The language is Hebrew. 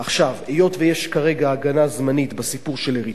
היות שיש כרגע הגנה זמנית בסיפור של אריתריאה,